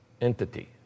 entity